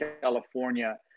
California